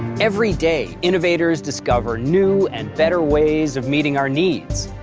every day, innovators discover new and better ways of meeting our needs.